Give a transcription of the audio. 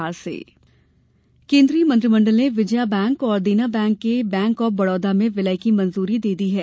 cabinet bank केंद्रीय मंत्रिमंडल ने विजया बैंक और देना बैंक के बैंक ऑफ बड़ौदा में विलय की मंजूरी दे दी है